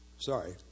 Sorry